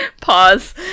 pause